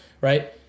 right